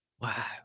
Wow